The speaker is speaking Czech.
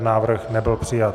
Návrh nebyl přijat.